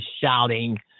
shouting